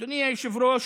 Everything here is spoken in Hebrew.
אדוני היושב-ראש,